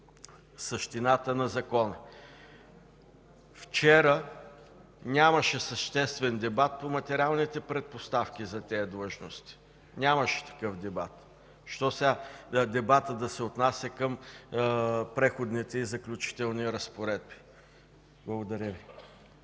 същината на закона. Вчера нямаше съществен дебат по материалните предпоставки за тези длъжности. Нямаше такъв дебат. Защо сега дебатът да се отнася до Преходните и заключителните разпоредби? Благодаря Ви.